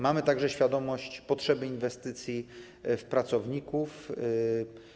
Mamy także świadomość potrzeby inwestycji w pracowników.